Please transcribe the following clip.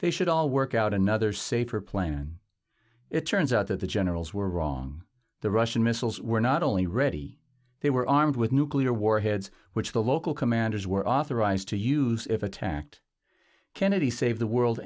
they should all work out another safer plan and it turns out that the generals were wrong the russian missiles were not only ready they were armed with nuclear warheads which the local commanders were authorized to use if attacked kennedy save the world